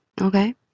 okay